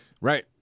Right